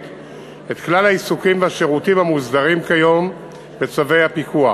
את כל העיסוקים והשירותים המוסדרים כיום בצווי הפיקוח,